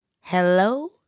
Hello